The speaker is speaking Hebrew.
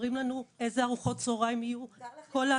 אומרים לנו איזה ארוחות צוהריים יהיו כל השבוע.